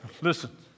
Listen